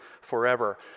forever